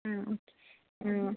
ആ ഓക്കെ ആ